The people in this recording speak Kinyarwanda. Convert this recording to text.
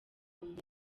umuntu